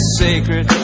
sacred